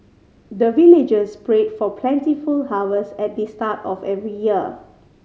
the villagers pray for plentiful harvest at the start of every year